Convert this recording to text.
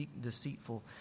deceitful